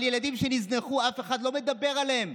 ילדים שנזנחו, אף אחד לא מדבר עליהם.